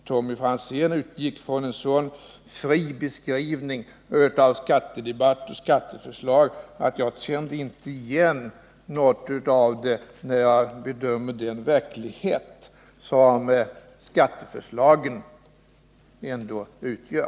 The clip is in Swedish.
Tommy Franzén utgick från en så fri beskrivning av skattedebatt och skatteförslag att jag inte känner igen något av det när jag bedömer den verklighet som skatteförslaget ändå utgör.